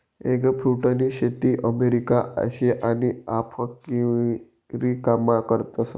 एगफ्रुटनी शेती America, Asia आणि आफरीकामा करतस